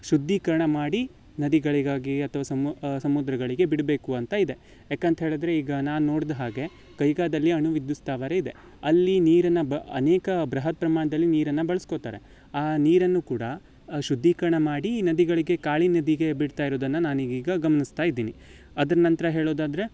ಶುದ್ಧೀಕರಣ ಮಾಡಿ ನದಿಗಳಿಗಾಗಿ ಅಥ್ವಾ ಸಮು ಸಮುದ್ರಗಳಿಗೆ ಬಿಡಬೇಕು ಅಂತ ಇದೆ ಯಾಕಂತ ಹೇಳಿದ್ರೆ ಈಗ ನಾನು ನೋಡಿದ ಹಾಗೆ ಕೈಗಾದಲ್ಲಿ ಅಣುವಿದ್ಯುತ್ ಸ್ಥಾವರ ಇದೆ ಅಲ್ಲಿ ನೀರನ್ನು ಬ ಅನೇಕ ಬೃಹತ್ ಪ್ರಮಾಣದಲ್ಲಿ ನೀರನ್ನು ಬಳಸ್ಕೊತಾರೆ ಆ ನೀರನ್ನು ಕೂಡ ಶುದ್ಧೀಕರಣ ಮಾಡಿ ನದಿಗಳಿಗೆ ಕಾಳಿ ನದಿಗೆ ಬಿಡ್ತಾ ಇರೋದನ್ನು ನಾನು ಈಗೀಗ ಗಮನಿಸ್ತಾ ಇದ್ದೀನಿ ಅದರ ನಂತರ ಹೇಳೋದಾದರೆ